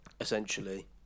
essentially